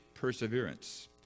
perseverance